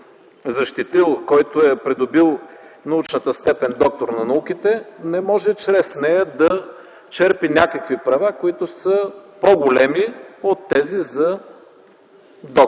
защитил, който е придобил научната степен „доктор на науките”, не може чрез нея да черпи някакви права, които са по-големи от тези за доктор.